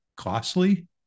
Costly